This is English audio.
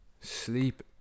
Sleep